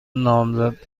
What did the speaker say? نامزد